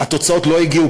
התוצאות לא הגיעו.